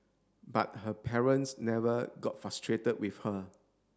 but her parents never got frustrated with her